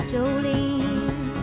Jolene